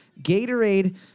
Gatorade